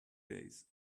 days